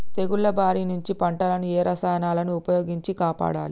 తెగుళ్ల బారి నుంచి పంటలను ఏ రసాయనాలను ఉపయోగించి కాపాడాలి?